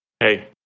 Hey